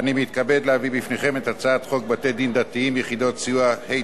אני מתכבד להביא בפניכם את הצעת חוק בתי-דין דתיים (יחידות סיוע),